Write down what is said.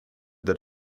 that